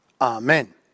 Amen